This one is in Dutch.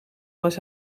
was